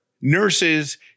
nurses